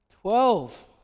Twelve